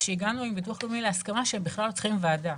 הגענו עם ביטוח לאומי להסכמה שהם בכלל לא צריכים ועדה.